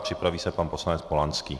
Připraví se pan poslanec Polanský.